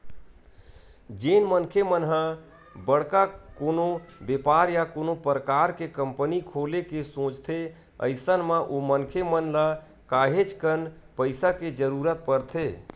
जेन मनखे मन ह बड़का कोनो बेपार या कोनो परकार के कंपनी खोले के सोचथे अइसन म ओ मनखे मन ल काहेच कन पइसा के जरुरत परथे